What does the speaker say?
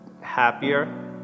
happier